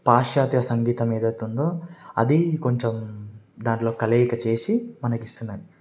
పాశ్చ్యాత్త సంగీతం ఏదైతే ఉందో అది కొంచెం దాంట్లో కలయిక చేసి మనకు ఇస్తున్నారు